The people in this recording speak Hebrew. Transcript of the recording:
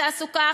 לתעסוקה,